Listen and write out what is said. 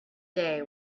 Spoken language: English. day